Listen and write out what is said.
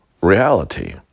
reality